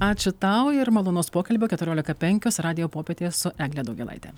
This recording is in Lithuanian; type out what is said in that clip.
ačiū tau ir malonaus pokalbio keturiolika penkios radijo popietė su egle daugėlaite